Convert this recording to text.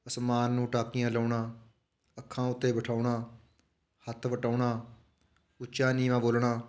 ਅਸਮਾਨ ਨੂੰ ਟਾਕੀਆ ਲਾਉਣਾ ਅੱਖਾਂ ਉੱਤੇ ਬਿਠਾਉਣਾ ਹੱਥ ਵਟਾਉਣਾ ਉੱਚਾ ਨੀਵਾਂ ਬੋਲਣਾ